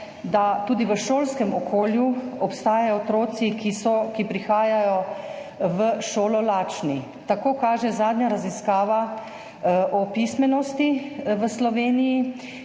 da tudi v šolskem okolju obstajajo otroci, ki prihajajo v šolo lačni. Tako kaže zadnja raziskava o pismenosti v Sloveniji,